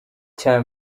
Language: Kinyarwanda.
cya